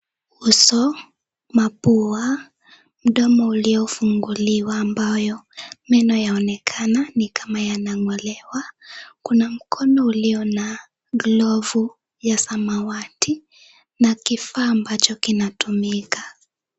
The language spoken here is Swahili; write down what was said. Uso, mapua, mdomo uliofunguliwa ambayo meno yanaonekana ni kama yanang'olewa. Kuna mkono ulio na glovu ya samawati na kifaa ambacho kinatumika.